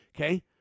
Okay